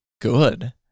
good